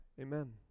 Amen